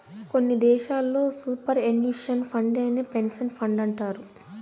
కొన్ని దేశాల్లో superannuation ఫండేనే పెన్సన్ ఫండంటారు